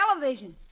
Television